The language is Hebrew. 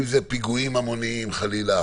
אם זה פיגועים המוניים חלילה,